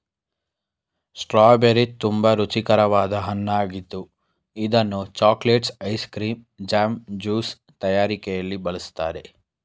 strawberry ತುಂಬಾ ರುಚಿಕರವಾದ ಹಣ್ಣಾಗಿದ್ದು ಇದನ್ನು chocolates, ice cream, jam, juice ತಯಾರಿಕೆಯಲ್ಲಿ ಬಳ್ಸತ್ತರೆ